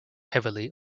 heavily